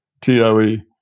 T-O-E